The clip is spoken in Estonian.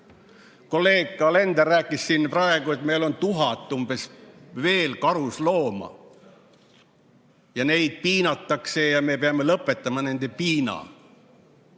Kolleeg Alender rääkis siin praegu, et meil on veel umbes 1000 karuslooma ja neid piinatakse ja me peame nende piinad